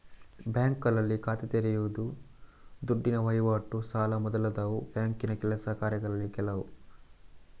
ಬ್ಯಾಂಕುಗಳಲ್ಲಿ ಖಾತೆ ತೆರೆಯುದು, ದುಡ್ಡಿನ ವೈವಾಟು, ಸಾಲ ಮೊದಲಾದವು ಬ್ಯಾಂಕಿನ ಕೆಲಸ ಕಾರ್ಯಗಳಲ್ಲಿ ಕೆಲವು